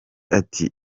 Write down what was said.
ati